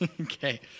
Okay